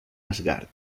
asgard